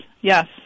yes